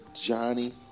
Johnny